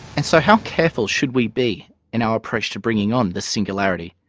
and so how careful should we be in our approach to bringing on the singularity?